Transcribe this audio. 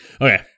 Okay